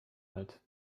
alt